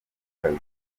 akazi